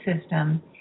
system